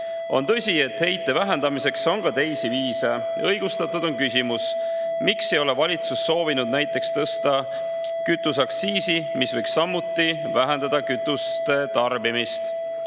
On tõsi, et heite vähendamiseks on ka teisi viise, ja õigustatud on küsimus, miks ei ole valitsus soovinud näiteks tõsta kütuseaktsiisi, mis võiks samuti vähendada kütuste tarbimist.